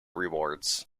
rewards